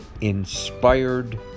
inspired